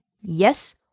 yes